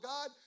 God